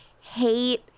hate